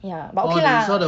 ya but okay lah